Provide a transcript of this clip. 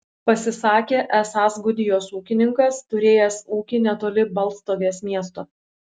pasisakė esąs gudijos ūkininkas turėjęs ūkį netoli baltstogės miesto